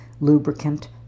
lubricant